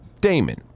Damon